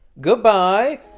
goodbye